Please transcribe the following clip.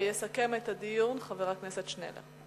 ויסכם את הדיון חבר הכנסת שנלר.